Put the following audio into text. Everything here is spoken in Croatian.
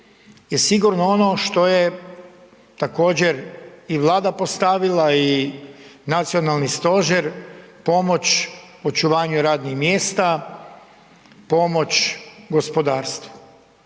je sigurno ono što je također i Vlada postavila i Nacionalni stožer, pomoć očuvanju radnih mjesta, pomoć gospodarstvu